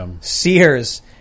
Sears